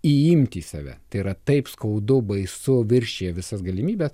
įimti į save tai yra taip skaudu baisu viršija visas galimybes